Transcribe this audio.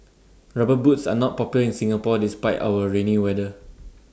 rubber boots are not popular in Singapore despite our rainy weather